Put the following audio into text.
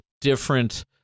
different